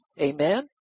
Amen